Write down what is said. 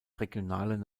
regionalen